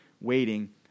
waiting